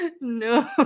No